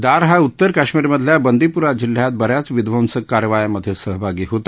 दार हा उत्तर काश्मीरमधल्या बंदिपुरा जिल्ह्यात बऱ्याच विध्वंसक कारवायांमध्ये सहभागी होता